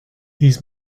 he’s